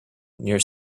near